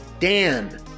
Dan